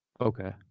Okay